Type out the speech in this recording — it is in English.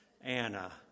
Anna